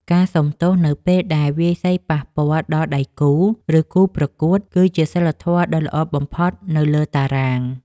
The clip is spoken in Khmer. ការសុំទោសនៅពេលដែលវាយសីប៉ះពាល់ដល់ដៃគូ ឬគូប្រកួត គឺជាសីលធម៌ដ៏ល្អបំផុតនៅលើតារាង។